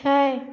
छै